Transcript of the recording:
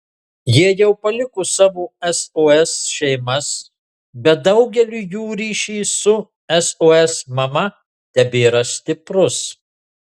jie jau paliko savo sos šeimas bet daugeliui jų ryšys su sos mama tebėra stiprus